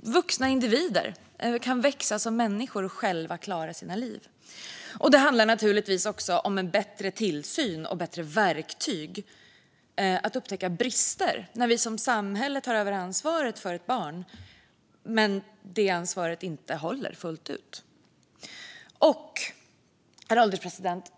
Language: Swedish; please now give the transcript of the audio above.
vuxna individer, växa som människor och själva klara sina liv. Det handlar också om bättre tillsyn och bättre verktyg för att upptäcka brister när vi som samhälle tar över ansvaret för ett barn men det ansvaret inte håller fullt ut. Herr ålderspresident!